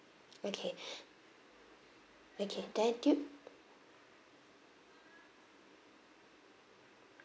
okay okay then do you